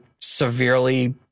severely